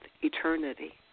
eternity